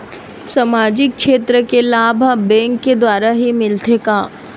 सामाजिक क्षेत्र के लाभ हा बैंक के द्वारा ही मिलथे का?